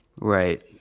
Right